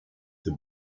the